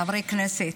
חברי כנסת,